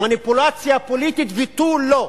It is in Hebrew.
מניפולציה פוליטית ותו-לא,